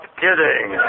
kidding